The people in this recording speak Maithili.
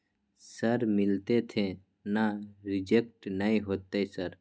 सर मिलते थे ना रिजेक्ट नय होतय सर?